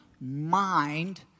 mind